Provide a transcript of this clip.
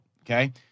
Okay